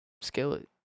Skillet